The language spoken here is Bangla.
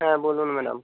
হ্যাঁ বলুন ম্যাডাম